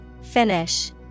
Finish